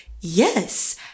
yes